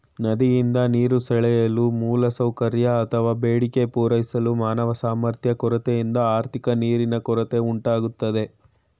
ನದಿಯಿಂದ ನೀರು ಸೆಳೆಯಲು ಮೂಲಸೌಕರ್ಯ ಅತ್ವ ಬೇಡಿಕೆ ಪೂರೈಸಲು ಮಾನವ ಸಾಮರ್ಥ್ಯ ಕೊರತೆಯಿಂದ ಆರ್ಥಿಕ ನೀರಿನ ಕೊರತೆ ಉಂಟಾಗ್ತದೆ